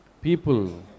People